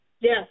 Yes